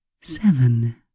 seven